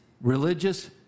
religious